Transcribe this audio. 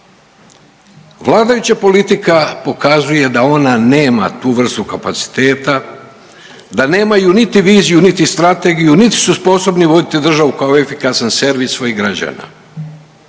Vladajuća politika pokazuje da ona nema tu vrstu kapaciteta, da nemaju niti viziju niti strategiju niti su sposobni voditi državu kao efikasan servis svojih građana.